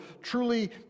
truly